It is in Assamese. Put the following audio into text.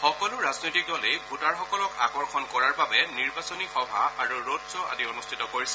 সকলো ৰাজনৈতিক দলেই ভোটাৰসকলক আকৰ্ষণ কৰাৰ বাবে নিৰ্বাচনী সভা আৰু ৰোড খ' আদি অনুষ্ঠিত কৰিছে